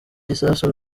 gisasu